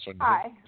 Hi